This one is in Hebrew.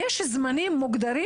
יש זמנים מוגדרים,